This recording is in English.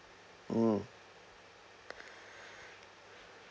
hmm